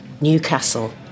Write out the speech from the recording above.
Newcastle